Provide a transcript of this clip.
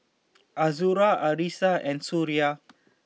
Azura Arissa and Suria